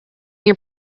your